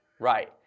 Right